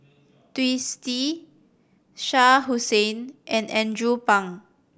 Twisstii Shah Hussain and Andrew Phang